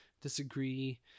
disagree